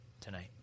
tonight